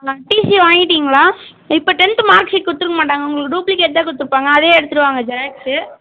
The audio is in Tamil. டிசி வாங்கிவிட்டீங்களா இப்போ டென்த்து மார்க் ஷீட் கொடுத்துருக்க மாட்டாங்க உங்களுக்கு டூப்ளிக்கேட் தான் கொடுத்துருப்பாங்க அதையே எடுத்துகிட்டு வாங்க ஜெராக்ஸு